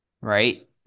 right